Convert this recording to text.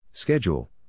Schedule